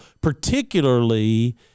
particularly